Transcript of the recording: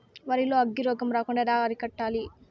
వరి లో అగ్గి రోగం రాకుండా ఎలా అరికట్టాలి?